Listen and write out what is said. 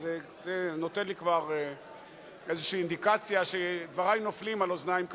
הוא נותן לי כבר אינדיקציה כלשהי שדברי נופלים על אוזניים קשובות.